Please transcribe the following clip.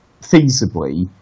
feasibly